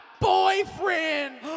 boyfriend